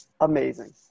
Amazing